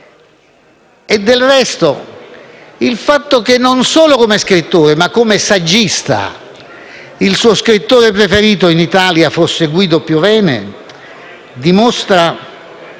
e, del resto, il fatto che non solo come scrittore, ma come saggista, il suo scrittore italiano preferito fosse Guido Piovene dimostra